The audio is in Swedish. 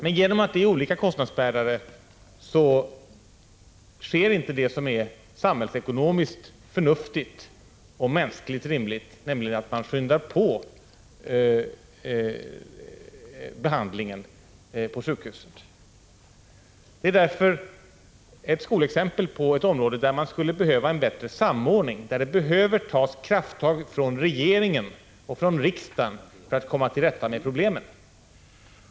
Men genom att det är olika kostnadsbärare sker inte det som är samhällsekonomiskt förnuftigt och mänskligt rimligt, nämligen att man skyndar på behandlingen på sjukhuset. Det är därför ett skolexempel på ett område, där man skulle behöva en bättre samordning, där man behöver ta krafttag från regeringen och från riksdagen för att komma till rätta med problemen.